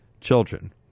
children